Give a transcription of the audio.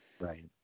Right